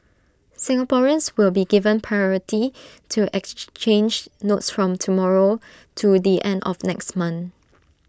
Singaporeans will be given priority to exchange notes from tomorrow to the end of next month